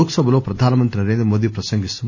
లోక్ సభలో ప్రధానమంత్రి నరేంద్రమోదీ ప్రసంగిస్తూ